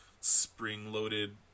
spring-loaded